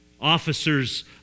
officers